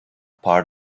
part